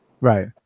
Right